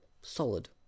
Solid